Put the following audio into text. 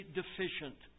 deficient